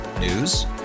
News